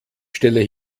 stelle